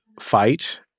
fight